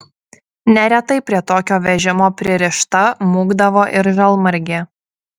neretai prie tokio vežimo pririšta mūkdavo ir žalmargė